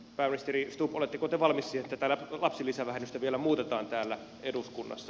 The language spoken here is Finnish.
pääministeri stubb oletteko te valmis siihen että tätä lapsilisävähennystä vielä muutetaan täällä eduskunnassa